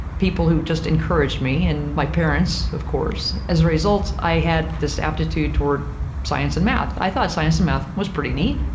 people who just encouraged me and my parents, of course. as a result, i had this aptitude toward science and math. i thought science and math was pretty neat.